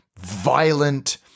violent